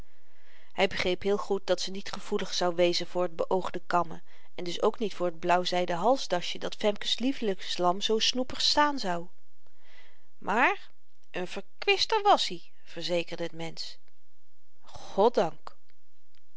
hy begreep heel goed dat ze niet gevoelig zou wezen voor t beoogde kammen en dus ook niet voor t blauwzyden halsdasje dat femke's lievelingslam zoo snoepig staan zou maar n verkwister wàs i verzekerde t mensch goddank